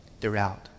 throughout